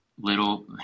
little